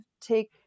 take